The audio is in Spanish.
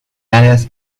hadas